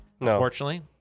unfortunately